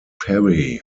perry